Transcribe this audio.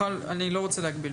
אני לא רוצה להגביל פה.